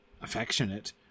affectionate